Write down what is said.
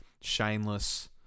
Shameless